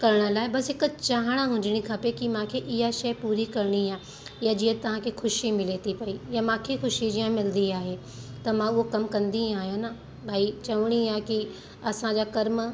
करण लाइ बस हिकु चाहणा हुजिणी खपे कि मूंखे इहा शइ पूरी करिणी आहे या जीअं तव्हां खे ख़ुशी मिले थी पयी या मूंखे ख़ुशी मिलंदी आहे त मां उहो कम कंदी आहियां न भई चवणी आहे कि असांजा कर्म